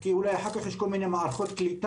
כי אולי אחר כך יש כל מיני מערכות קליטה,